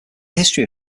history